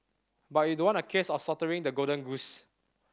but it don't want a case of slaughtering the golden goose